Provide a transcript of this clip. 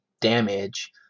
damage